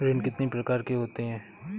ऋण कितनी प्रकार के होते हैं?